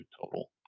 total